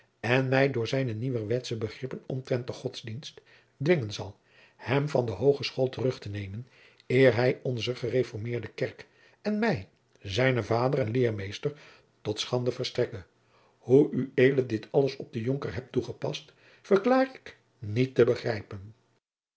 en mij door zijne nieuwerwetsche begrippen omtrent de godsdienst dwingen zal hem van de hooge school terug te nemen eer hij onzer gereformeerde kerk en mij zijnen vader en leermeester tot schande verstrekke hoe ued dit alles op den jonker hebt toegepast verklaar ik niet te begrijpen